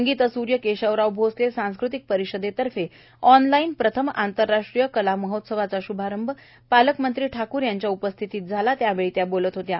संगीतस्र्य केशवराव भोसले सांस्कृतिक परिषदेतर्फे ऑनलाईन प्रथम आंतरराष्ट्रीय कला महोत्सवाचा श्भारंभ पालकमंत्री ठाकूर यांच्या उपस्थितीत झाला त्यावेळी त्या बोलत होत्या